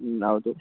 ಹ್ಞೂ ಹೌದು